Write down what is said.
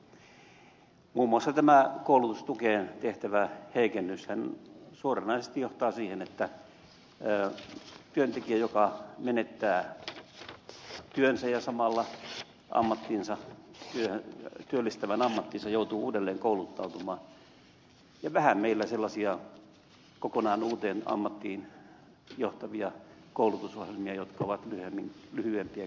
muun muassa tämä koulutustukeen tehtävä heikennyshän suoranaisesti johtaa siihen että työntekijä joka menettää työnsä ja samalla työllistävän ammattinsa joutuu uudelleen kouluttautumaan ja vähän meillä on sellaisia kokonaan uuteen ammattiin johtavia koulutusohjelmia jotka ovat lyhyempiä kuin kaksi vuotta